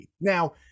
Now